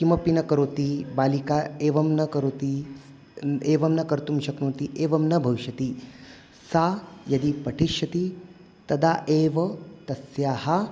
किमपि न करोति बालिका एवं न करोति एवं न कर्तुं शक्नोति एवं न भविष्यति सा यदि पठिष्यति तदा एव तस्याः